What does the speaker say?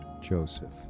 Joseph